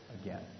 again